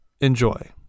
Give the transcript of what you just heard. Enjoy